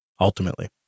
ultimately